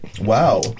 Wow